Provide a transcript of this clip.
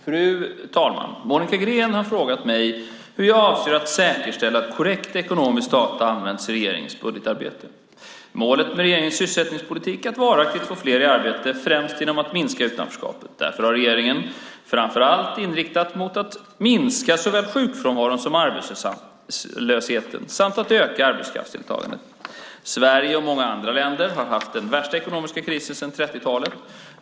Fru talman! Monica Green har frågat mig hur jag avser att säkerställa att korrekt ekonomisk data används i regeringens budgetarbete. Målet med regeringens sysselsättningspolitik är att varaktigt få fler i arbete främst genom att minska utanförskap. Därför har regeringen framför allt inriktat sig på att minska såväl sjukfrånvaron som arbetslösheten samt att öka arbetskraftsdeltagandet. Sverige och många andra länder har haft den värsta ekonomiska krisen sedan 1930-talet.